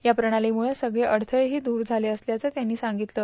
या प्रणातीमुळं सगळे अडयळेदी दूर झालं असल्याचं त्यांनी सांगितलं